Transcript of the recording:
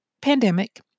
pandemic